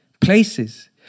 places